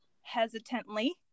hesitantly